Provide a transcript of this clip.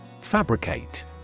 Fabricate